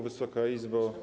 Wysoka Izbo!